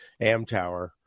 Amtower